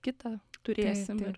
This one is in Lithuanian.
kitą turėsim ir